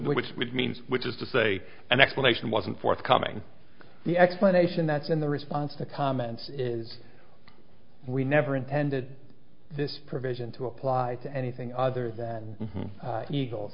which would mean which is to say an explanation wasn't forthcoming the explanation that's in the response to comments is we never intended this provision to apply to anything other than eagle eagles